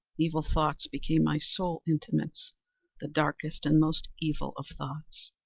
evil thoughts became my sole intimates the darkest and most evil of thoughts.